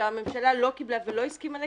שהממשלה לא קיבלה ולא הסכימה לקדם,